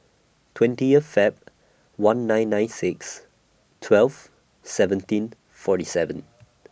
twentieth Feb one nine nine six twelve seventeen forty seven